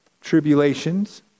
Tribulations